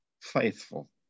faithful